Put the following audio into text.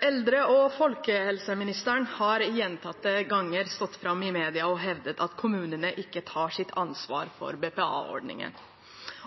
Eldre- og folkehelseministeren har gjentatte ganger stått fram i media og hevdet at kommunene ikke tar sitt ansvar for BPA-ordningen.